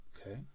okay